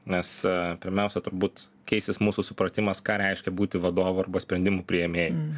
nes a pirmiausia turbūt keisis mūsų supratimas ką reiškia būti vadovu arba sprendimų priėmėju